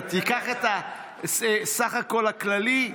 תיקח את הסך הכול הכללי.